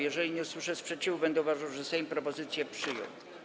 Jeżeli nie usłyszę sprzeciwu, będę uważał, że Sejm propozycję przyjął.